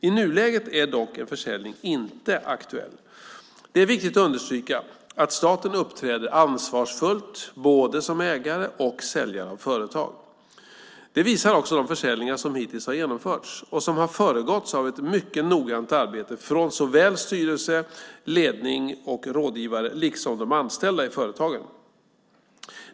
I nuläget är dock en försäljning inte aktuell. Det är viktigt att understryka att staten uppträder ansvarsfullt både som ägare och som säljare av företag. Det visar också de försäljningar som hittills har genomförts och som har föregåtts av ett mycket noggrant arbete av såväl styrelse, ledning och rådgivare som av de anställda i företagen.